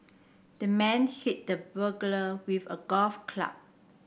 the man hit the burglar with a golf club